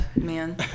man